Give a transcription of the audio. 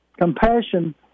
compassion